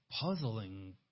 puzzling